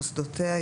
מוסדותיה,